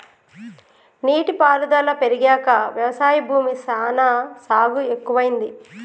నీటి పారుదల పెరిగాక వ్యవసాయ భూమి సానా సాగు ఎక్కువైంది